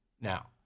now